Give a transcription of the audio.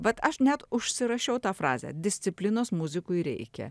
vat aš net užsirašiau tą frazę disciplinos muzikui reikia